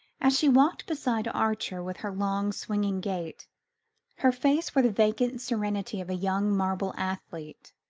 as she walked beside archer with her long swinging gait her face wore the vacant serenity of a young marble athlete.